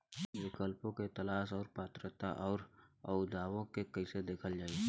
विकल्पों के तलाश और पात्रता और अउरदावों के कइसे देखल जाइ?